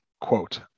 quote